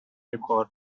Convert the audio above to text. report